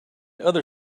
other